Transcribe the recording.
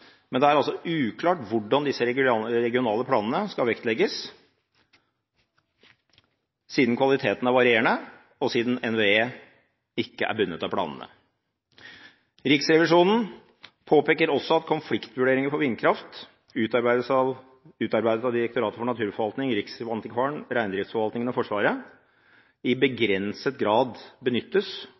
Men det er uklart hvordan disse regionale planene skal vektlegges, siden kvaliteten er varierende, og siden NVE ikke er bundet av disse planene. Riksrevisjonen påpeker også at konfliktvurderinger for vindkraft, utarbeidet av Direktoratet for naturforvaltning, Riksantikvaren, Reindriftsforvaltningen og Forsvaret, i begrenset grad benyttes